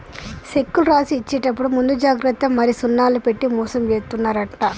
సెక్కులు రాసి ఇచ్చేప్పుడు ముందు జాగ్రత్త మరి సున్నాలు పెట్టి మోసం జేత్తున్నరంట